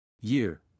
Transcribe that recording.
Year